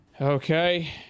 Okay